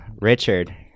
Richard